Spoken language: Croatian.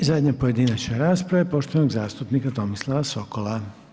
I zadnja pojedinačna rasprava je poštovanog zastupnika Tomislava Sokola.